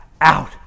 out